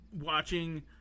watching